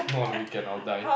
not on the weekend I'll die